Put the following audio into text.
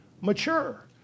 mature